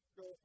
go